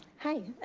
hi.